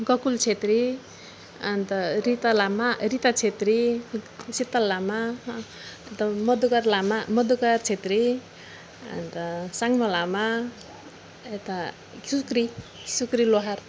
गोकुल छेत्री अनि त रिता लामा रिता छेत्री शीतल लामा अनि त मधुकर लामा मधुकर छेत्री अनि त साङ्मा लामा यता सुक्री सुक्री लोहार